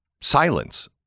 silence